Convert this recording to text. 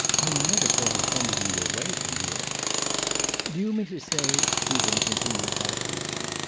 i never thought of sending you away from here do you mean to say shubin continued passionately,